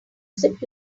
zip